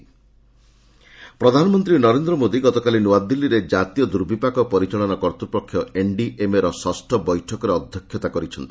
PM NDMA ପ୍ରଧାନମନ୍ତ୍ରୀ ନରେନ୍ଦ୍ର ମୋଦି ଗତକାଲି ନୂଆଦିଲ୍ଲୀରେ ଜାତୀୟ ଦୂର୍ବିପାକ ପରିଚାଳନା କର୍ତ୍ତୃପକ୍ଷ ଏନ୍ଡିଏମ୍ଏର ଷଷ୍ଠ ବୈଠକରେ ଅଧ୍ୟକ୍ଷତା କରିଥିଲେ